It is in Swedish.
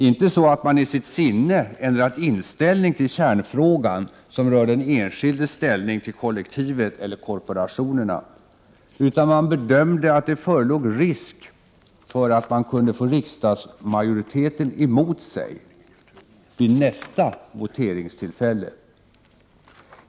Inte så att man i sitt sinne ändrat inställning till kärnfrågan, som rör den enskildes ställning till kollektivet eller korporationerna, utan man bedömde att det förelåg risk för att man kunde få riksdagsmajoriteten emot sig vid nästa voteringstillfälle.